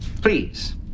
Please